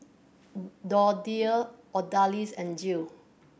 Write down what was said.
Dorthea Odalis and Jill